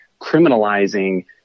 criminalizing